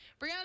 Brianna